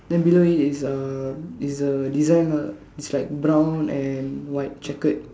then below it is uh it's a design ah it's like brown and white checkered